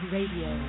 Radio